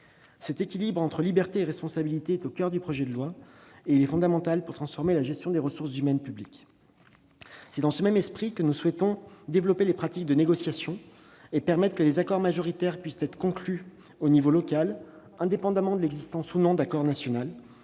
Cet équilibre entre liberté et responsabilité est au coeur du projet de loi, et il est fondamental pour transformer la gestion des ressources humaines publiques. Dans ce même esprit, nous souhaitons développer les pratiques de négociation et permettre que des accords majoritaires puissent être conclus à l'échelon local, indépendamment de l'existence ou non d'un accord national.